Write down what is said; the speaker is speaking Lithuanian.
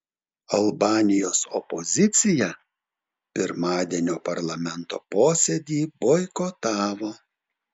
albanijos opozicija pirmadienio parlamento posėdį boikotavo